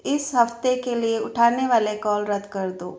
इस हफ़्ते के लिए उठाने वाले कॉल रद्द कर दो